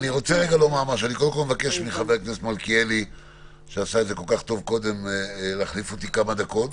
אני מבקש מחבר הכנסת מלכיאלי להחליף אותי לכמה דקות.